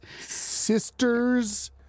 Sisters